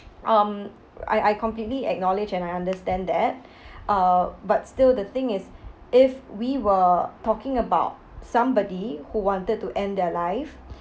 um I I completely acknowledge and I understand that uh but still the thing is if we were talking about somebody who wanted to end their life